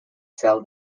sell